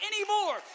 anymore